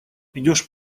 идешь